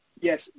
yes